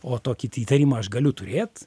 o tokį įtarimą aš galiu turėt